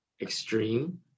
extreme